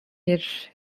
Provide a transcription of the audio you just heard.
bir